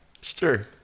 Sure